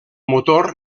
motor